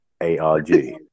A-R-G